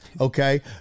okay